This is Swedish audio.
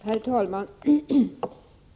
Herr talman!